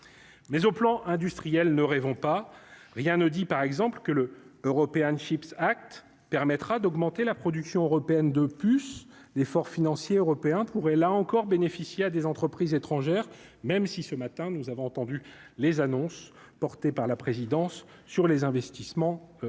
mais au plan industriel, ne rêvons pas, rien ne dit par exemple que le European Chips acte permettra d'augmenter la production européenne de puces d'effort financier européen pourrait là encore bénéficier à des entreprises étrangères, même si ce matin, nous avons entendu les annonces, porté par la présidence sur les investissements en